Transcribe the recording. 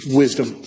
wisdom